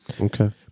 Okay